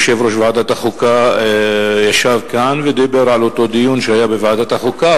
יושב-ראש ועדת החוקה ישב כאן ודיבר על אותו דיון שהיה בוועדת החוקה.